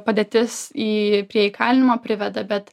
padėtis į prie įkalinimo priveda bet